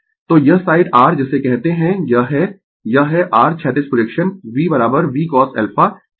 तो यह side r जिसे कहते है यह है यह है r क्षैतिज प्रोजेक्शन V VCosα ठीक है